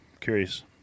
curious